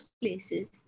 places